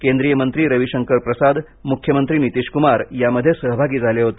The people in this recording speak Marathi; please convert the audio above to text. केंद्रीय मंत्री रविशंकर प्रसाद मुख्यमंत्री नितीशकुमार यामध्ये सहभागी झाले होते